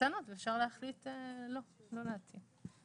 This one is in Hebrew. הטענות ואפשר להחליט לא להסכים.